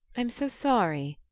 i'm so sorry,